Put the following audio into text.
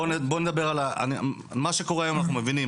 מה שקורה היום אנחנו מבינים.